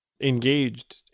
engaged